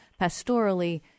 pastorally